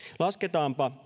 lasketaanpa